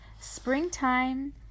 springtime